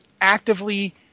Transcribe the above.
actively